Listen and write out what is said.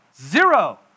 zero